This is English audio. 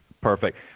Perfect